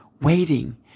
waiting